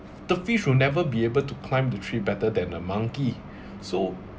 the fish will never be able to climb the tree better than a monkey so